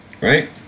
right